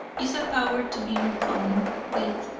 is a power to be reckoned with.